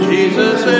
Jesus